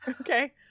Okay